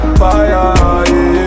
fire